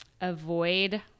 avoid